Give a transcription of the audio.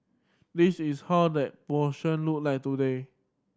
this is how that portion look like today